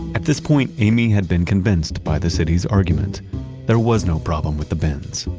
at this point, amy had been convinced by the city's argument there was no problem with the bins,